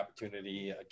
opportunity